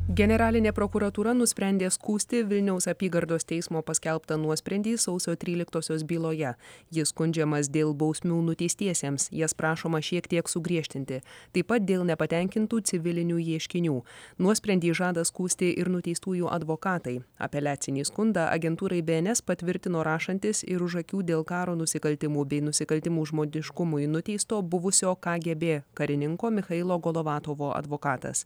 generalinė prokuratūra nusprendė skųsti vilniaus apygardos teismo paskelbtą nuosprendį sausio tryliktosios byloje jis skundžiamas dėl bausmių nuteistiesiems jas prašoma šiek tiek sugriežtinti taip pat dėl nepatenkintų civilinių ieškinių nuosprendį žada skųsti ir nuteistųjų advokatai apeliacinį skundą agentūrai bns patvirtino rašantys ir už akių dėl karo nusikaltimų bei nusikaltimų žmodiškumui nuteisto buvusio kgb karininko michailo golovatovo advokatas